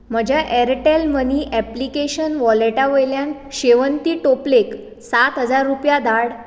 म्हज्या Airtel money application वॉलेटा वयल्यान शेवन्ती टोपलेक सात हजार रुपया धाड